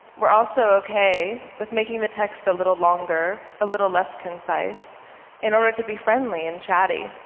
we're also ok with making the text a little longer, a little less concise in order to be friendly and chatty.